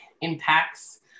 impacts